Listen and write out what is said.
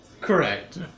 Correct